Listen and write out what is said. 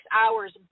hours